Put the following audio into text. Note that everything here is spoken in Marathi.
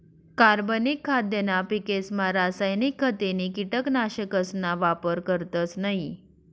कार्बनिक खाद्यना पिकेसमा रासायनिक खते नी कीटकनाशकसना वापर करतस नयी